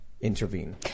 intervene